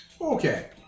Okay